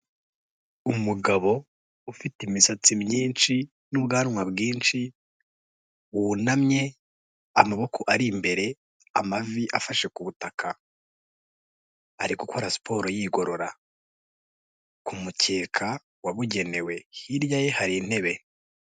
Umugabo ufite imisatsi myinshi n'ubwanwa bwinshi wunamye, amaboko ari imbere amavi afashe ku butaka. Ari gukora siporo yigorora ku mukeka wabugenewe. Hirya ye hari intebe.